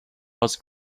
was